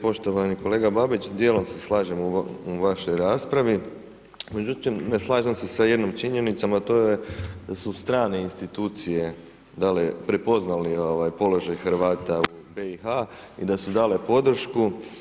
Poštovani kolega Babić, dijelom se slažem u vašoj raspravi, međutim, ne slažem se s jednom činjenicom, a to je su strane institucije, da li prepoznali položaj Hrvata u BIH i da su dale podršku.